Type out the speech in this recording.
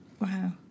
Wow